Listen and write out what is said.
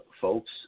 folks